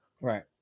Right